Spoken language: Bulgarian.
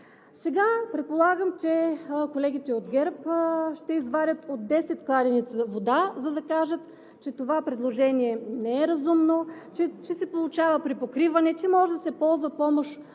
Предполагам, че колегите от ГЕРБ ще извадят от десет кладенеца вода, за да кажат, че това предложение не е разумно, че се получава припокриване, че може да се ползва помощ